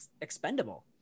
expendable